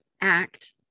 act